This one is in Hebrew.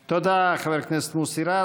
תודה, חבר הכנסת מוסי רז.